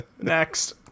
Next